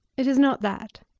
it is not that.